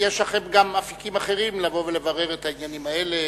יש לכם גם אפיקים אחרים לבוא ולברר את העניינים האלה,